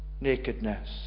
nakedness